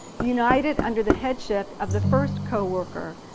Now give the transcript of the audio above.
united under the headship of the first co-worker,